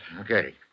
Okay